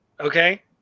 okay